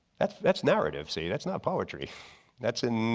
that's that's narrative see that's not poetry that's in